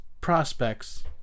prospects